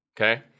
okay